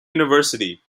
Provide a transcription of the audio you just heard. university